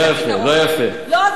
לא יפה, לא יפה, לא יפה, לא יפה.